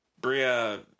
Bria